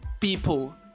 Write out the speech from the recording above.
people